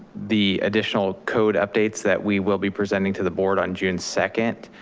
the additional code updates that we will be presenting to the board on june second,